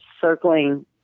circling